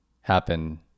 happen